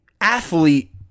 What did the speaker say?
athlete